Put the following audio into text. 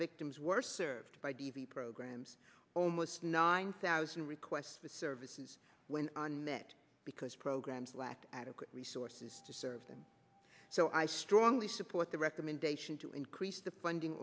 victims were served by d v programs almost nine thousand requests for services when unmet because programs lack adequate resources to serve them so i strongly support the recommendation to increase the funding